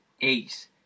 eight